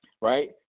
Right